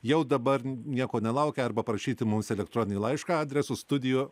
jau dabar nieko nelaukę arba parašyti mums elektroninį laišką adresu studijo